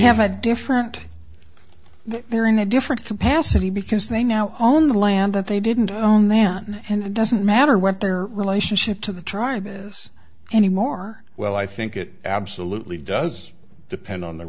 have a different they're in a different capacity because they now own the land that they didn't own then and it doesn't matter what their relationship to the charges anymore well i think it absolutely does depend on the